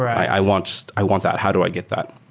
i want so i want that. how do i get that?